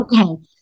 okay